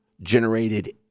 generated